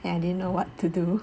and I didn't know what to do